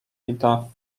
ida